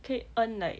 可以 earn like